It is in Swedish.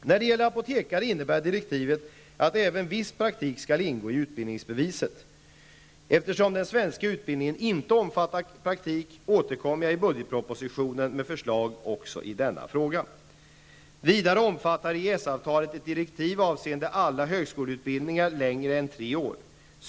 När det gäller apotekare innebär direktivet att även viss praktik skall ingå i utbildningsbeviset. Eftersom den svenska utbildningen inte omfattar praktik återkommer jag i budgetpropositionen med förslag också i denna fråga. Vidare omfattar EES-avtalet ett direktiv avseende alla högskoleutbildningar längre än tre år.